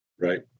Right